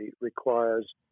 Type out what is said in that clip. requires